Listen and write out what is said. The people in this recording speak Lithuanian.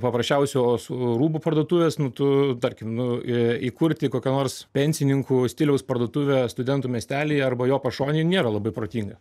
paprasčiausios rūbų parduotuvės nu tu tarkim nu įkurti kokią nors pensininkų stiliaus parduotuvę studentų miestely arba jo pašonėj nėra labai protinga